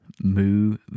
move